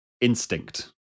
instinct